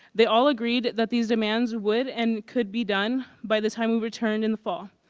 they all agreed that these demands would and could be done by the time we returned in the fall.